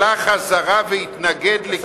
הוא הלך חזרה והתנגד לגוף החוק.